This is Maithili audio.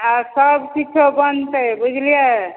हँ सब किछो बनतै बुझलिए